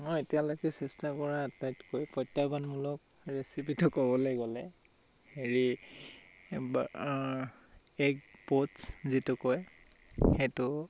মই এতিয়ালৈকে চেষ্টা কৰা আটাইতকৈ প্ৰত্যাহ্বানমূলক ৰেচিপিটো ক'বলৈ গ'লে হেৰি এগ প'চ্ছ যিটো কয় সেইটো